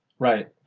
Right